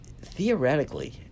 theoretically